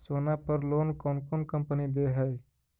सोना पर लोन कौन कौन कंपनी दे है?